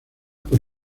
por